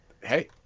Hey